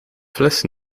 fles